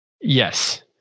Yes